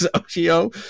socio